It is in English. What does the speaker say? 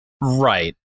right